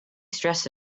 stressed